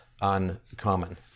uncommon